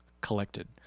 collected